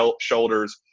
shoulders